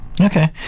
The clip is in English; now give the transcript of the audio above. Okay